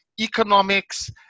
economics